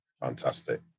fantastic